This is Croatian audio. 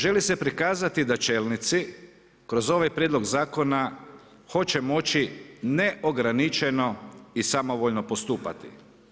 Želi se prikazati da čelnici kroz ovaj prijedlog zakona hoće moći neograničeno i samovoljno postupati.